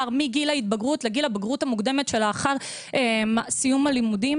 מגיל ההתבגרות לגיל הבגרות המוקדמת שלאחר סיום הלימודים.